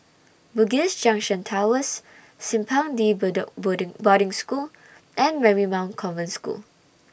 Bugis Junction Towers Simpang De Bedok Boarding Boarding School and Marymount Convent School